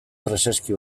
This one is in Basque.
preseski